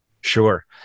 sure